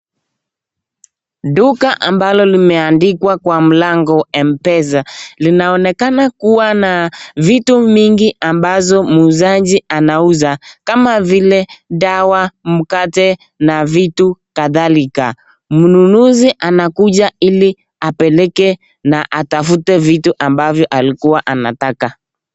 Duka ambalo limeandikwa kwa mlango Mpesa, linaonekana kwa na vitu mingi ambazo muuzaji anauza kama vile dawa, mkate na vitu kadhalika. Mnunuzi anakuja ili apeleke na atafute vitu ambavyo alikuwa anataka.